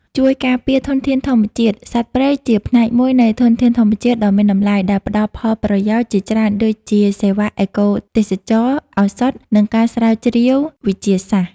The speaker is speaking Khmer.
ជួយការពារធនធានធម្មជាតិ សត្វព្រៃជាផ្នែកមួយនៃធនធានធម្មជាតិដ៏មានតម្លៃ ដែលផ្ដល់ផលប្រយោជន៍ជាច្រើនដូចជា សេវាអេកូទេសចរណ៍ ឱសថ និងការស្រាវជ្រាវវិទ្យាសាស្ត្រ។